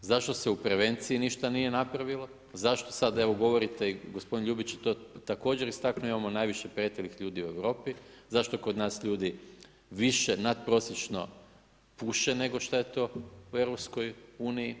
Zašto se u prevenciji nije ništa napravilo, zašto sad evo govorite, i gospodin Ljubić je to također istaknuo imamo najviše pretilih ljudi u Europi, zašto kod nas ljudi više nadprosječno puše nego šta je to u EU.